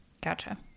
Gotcha